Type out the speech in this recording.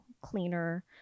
cleaner